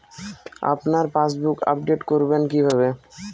আপনার passbook update করবেন কিভাবে?